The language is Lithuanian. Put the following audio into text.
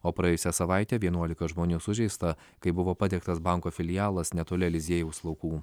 o praėjusią savaitę vienuolika žmonių sužeista kai buvo padegtas banko filialas netoli eliziejaus laukų